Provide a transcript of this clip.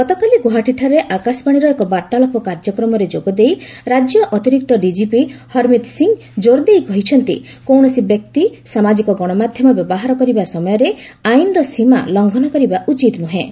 ଗତକାଲି ଗୌହାଟୀଠାରେ ଆକାଶବାଣୀର ଏକ ସାକ୍ଷାତ୍କାର ଦେଇ ରାଜ୍ୟ ଅତିରିକ୍ତ ଡିକିପି ହର୍ମିତ୍ ସିଂ ଜୋର୍ ଦେଇ କହିଛନ୍ତି କୌରସି ବ୍ୟକ୍ତି ସାମାଜିକ ଗଣମାଧ୍ୟମ ବ୍ୟବହାର କରିବା ସମୟରେ ଆଇନର ସୀମା ଲଙ୍ଗନ କରିବା ଉଚିତ ନୁହେଁ